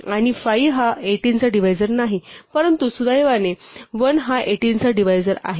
आणि 5 हा 18 चा डिव्हायजर नाही परंतु सुदैवाने 1 हा 18 चा डिव्हायजर आहे